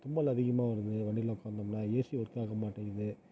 தும்மல் அதிகமா வருது வண்டியில் போகணும்னா ஏசி ஒர்க் ஆக மாட்டேங்கிது